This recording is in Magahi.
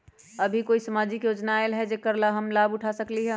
अभी कोई सामाजिक योजना आयल है जेकर लाभ हम उठा सकली ह?